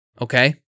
Okay